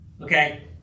okay